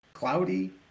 Cloudy